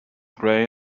gray